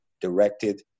directed